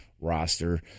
roster